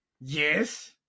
yes